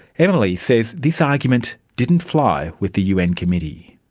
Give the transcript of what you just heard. emily say this argument didn't fly with the un committee.